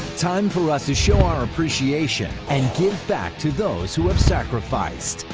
time for us to show our appreciation and give back to those who have sacrificed.